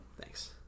Thanks